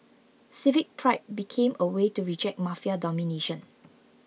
civic pride became a way to reject mafia domination